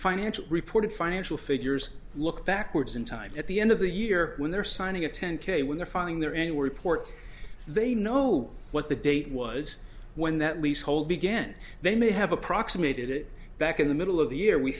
financial reporting financial figures look backwards in time at the end of the year when they're signing a ten k when they're filing their and we're report they know what the date was when that leasehold began they may have approximated it back in the middle of the year we